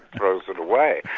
throws it away.